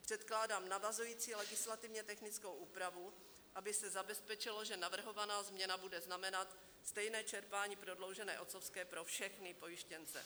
Předkládám navazující legislativně technickou úpravu, aby se zabezpečilo, že navrhovaná změna bude znamenat stejné čerpání prodloužené otcovské pro všechny pojištěnce.